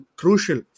crucial